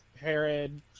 Herod